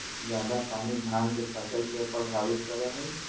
ज्यादा पानी धान के फसल के परभावित करो है?